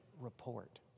report